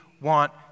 want